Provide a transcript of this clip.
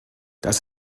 das